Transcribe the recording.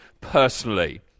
personally